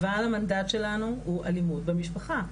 אבל המנדט שלנו הוא אלימות במשפחה.